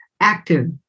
active